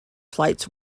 flights